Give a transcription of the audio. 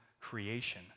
creation